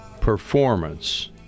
performance